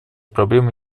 проблемы